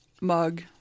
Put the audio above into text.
mug